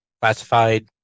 classified